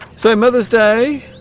so mother's day